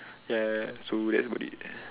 ya so that's about it then